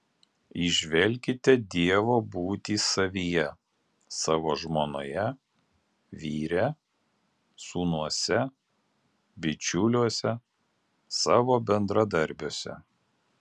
įžvelkite dievo būtį savyje savo žmonoje vyre sūnuose bičiuliuose savo bendradarbiuose